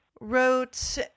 wrote